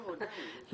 הבנו.